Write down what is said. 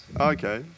Okay